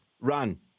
run